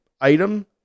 item